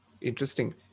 interesting